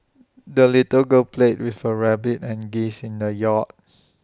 the little girl played with her rabbit and geese in the yard